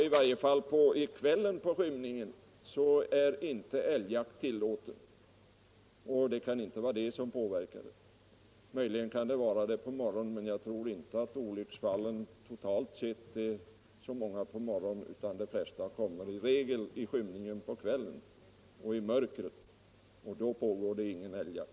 I skymningen på kvällen är inte älgjakt tillåten, och jakten kan alltså inte orsaka olyckor då —- möjligen på morgonen. Jag tror emellertid inte att olycksfallen totalt sett är särskilt många på morgonen. De flesta inträffar i skymningen på kvällen och under den mörka tiden på dygnet, och då pågår ingen älgjakt.